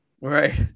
right